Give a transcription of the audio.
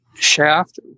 Shaft